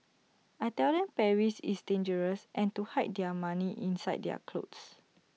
I tell them Paris is dangerous and to hide their money inside their clothes